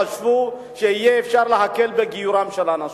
חשבו שיהיה אפשר להקל בגיורם של האנשים.